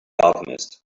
alchemist